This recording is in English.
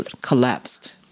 collapsed